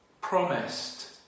promised